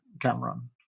Cameron